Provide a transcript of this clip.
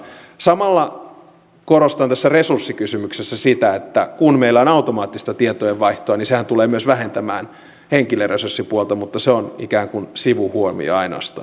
samalla korostan tässä resurssikysymyksessä sitä että kun meillä on automaattista tietojenvaihtoa niin sehän tulee myös vähentämään henkilöresurssipuolta mutta se on ikään kuin sivuhuomio ainoastaan